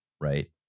right